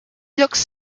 looks